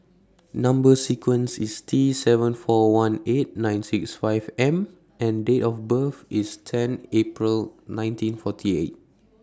Number sequence IS T seven four one eight nine six five M and Date of birth IS ten April nineteen forty eight